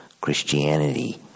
Christianity